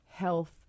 health